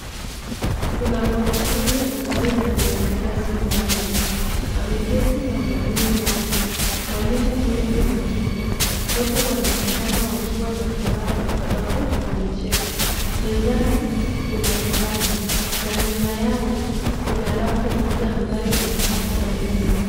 Kuna mwanafunzi ambaye ana mahitaji maalum ameketi na mwalimu wake. Mwalimu huyo ni wa kike. Wote wanaonekana wakiwa na furaha kwa sababu wamecheka. Mezani kuna kitabu na nyuma yao kuna rafu moja ambayo imepakwa rangi nyeupe.